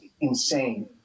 insane